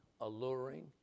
alluring